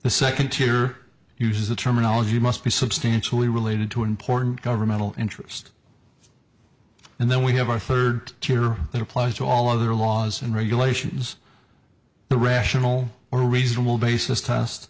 the second tier uses the terminology must be substantially related to important governmental interest and then we have our third tier that applies to all other laws and regulations the rational or reasonable basis test